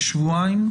לשבועיים.